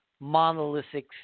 monolithic